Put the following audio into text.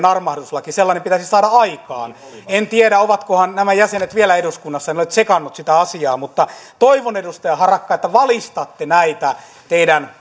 armahduslaki pitäisi saada aikaan en tiedä ovatkohan nämä jäsenet vielä eduskunnassa en ole tsekannut sitä asiaa mutta toivon edustaja harakka että valistatte näitä teidän